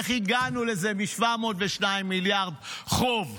איך הגענו לזה מ-702 מיליארד חוב?